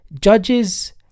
Judges